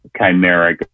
chimeric